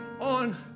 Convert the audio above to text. on